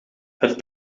het